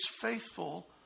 faithful